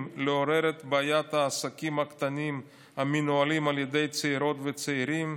לעורר את בעיית העסקים הקטנים המנוהלים על ידי צעירות וצעירים,